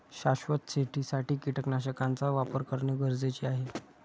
शाश्वत शेतीसाठी कीटकनाशकांचा वापर करणे गरजेचे आहे